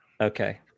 okay